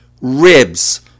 ribs